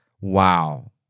wow